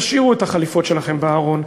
תשאירו את החליפות שלכם בארון,